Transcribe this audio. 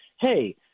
hey